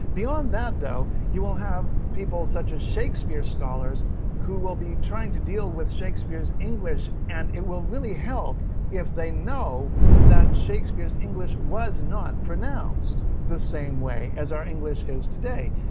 beyond that though you will have people such as shakespeare scholars who will be trying to deal with shakespeare's english and it will really help if they know that shakespeare's english was not pronounced the same way as our english is today.